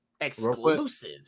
exclusive